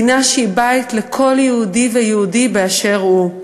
מדינה שהיא בית לכל יהודי ויהודי באשר הוא.